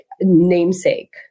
namesake